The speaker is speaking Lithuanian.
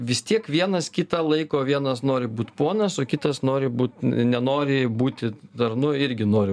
vis tiek vienas kitą laiko vienas nori būt ponas o kitas nori būt nenori būti tarnu irgi nori